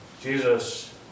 Jesus